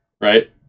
right